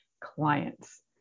clients